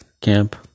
camp